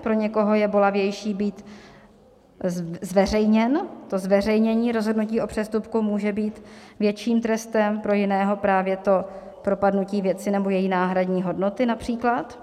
Pro někoho je bolavější být zveřejněn, to zveřejnění rozhodnutí o přestupku může být větším trestem, pro jiného právě to propadnutí věci nebo její náhradní hodnoty například.